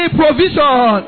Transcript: provision